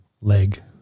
leg